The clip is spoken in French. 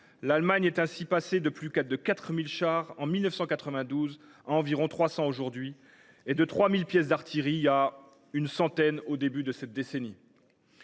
l’Allemagne est ainsi passée de plus de 4 000 chars en 1992 à environ 300 aujourd’hui, et de 3 000 pièces d’artillerie à une centaine au début de cette décennie.